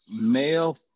Male